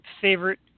favorite